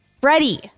freddie